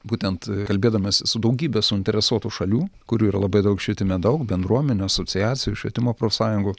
būtent kalbėdamas su daugybe suinteresuotų šalių kurių yra labai daug švietime daug bendruomenių asociacijų ir švietimo profsąjungų